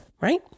right